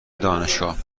دانشگاهمی